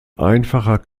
einfacher